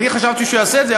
אני חשבתי שהוא יעשה את זה,